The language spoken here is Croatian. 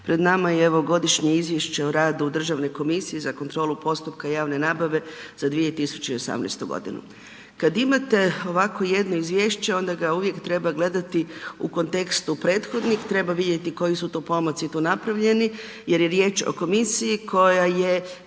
Pred nama je evo Godišnje izvješće o radu Državne komisije za kontrolu postupka javne nabave za 2018. godinu. Kad imate ovako jedno izvješće onda ga uvijek treba gledati u kontekstu prethodnih, treba vidjeti koji su tu pomaci napravljeni jer je riječ o komisiji koja je